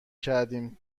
کردیم